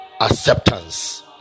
acceptance